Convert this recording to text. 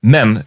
Men